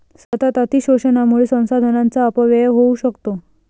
सतत अतिशोषणामुळे संसाधनांचा अपव्यय होऊ शकतो